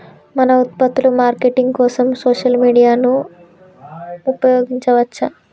మన ఉత్పత్తుల మార్కెటింగ్ కోసం సోషల్ మీడియాను ఉపయోగించవచ్చా?